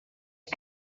que